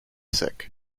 sick